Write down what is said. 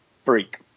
freak